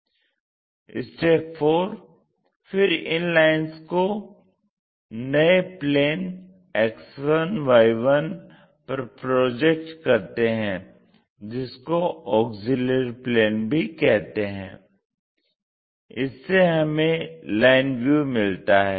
4 फिर इन लाइन्स को नए प्लेन X1Y1 पर प्रोजेक्ट करते हैं जिसको ऑक्सिलियरी प्लेन भी कहते हैं इससे हमें लाइन व्यू मिलता है